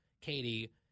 Katie